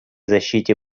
защите